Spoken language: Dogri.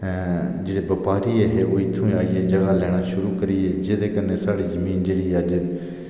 जेह्ड़े बपारी हे ओह् बाहर दा आइयै इत्थें जगह लैना शुरू करी गे एह्दी बजह कन्नै जेह्ड़ी जमीन ऐ साढ़ी अज्ज